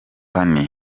phanny